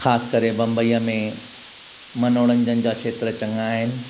ख़ासि करे बम्बईअ में मनोरंजन जा क्षेत्र चङा आहिनि